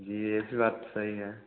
जी यह भी बात भी सही है